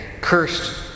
Cursed